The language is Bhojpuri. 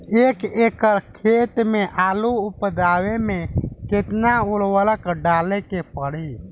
एक एकड़ खेत मे आलू उपजावे मे केतना उर्वरक डाले के पड़ी?